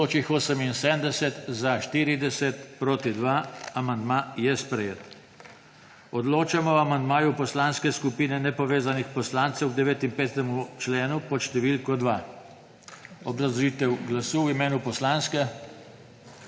glasovalo 40.) (Proti 2.) Amandma je sprejet. Odločamo o amandmaju Poslanske skupine nepovezanih poslancev k 59. členu pod številko 2. Obrazložitev glasu. V imenu poslanske?